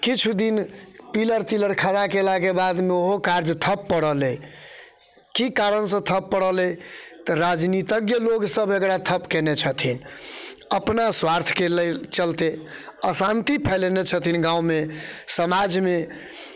किछु दिन पिलर तिलर खड़ा केलाके बादमे ओहो कार्य ठप पड़ल अइ कि कारणसँ ठप पड़ल अइ तऽ राजनीतिज्ञ लोकसब एकरा ठप केने छथिन अपना स्वार्थके लेल चलिते अशान्ति फैलेने छथिन गाममे समाजमे